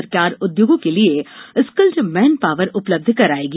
सरकार उद्योगों के लिये स्किल्ड मेन पॉवर उपलब्ध करायेगी